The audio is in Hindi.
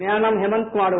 मेरा नाम हेमंत कुमार है